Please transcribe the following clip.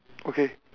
okay